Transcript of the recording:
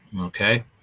okay